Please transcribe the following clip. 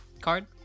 card